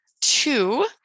two